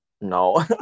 No